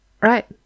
Right